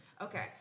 Okay